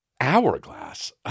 hourglass